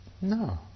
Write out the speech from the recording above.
No